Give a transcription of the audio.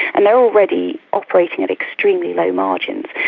and they are already operating at extremely low margins,